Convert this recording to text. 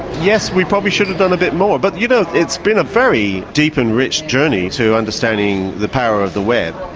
yes, we probably should have done a bit more, but you know it's been a very deep and rich journey to understanding the power of the web.